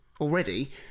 already